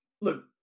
look